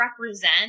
represent